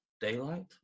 daylight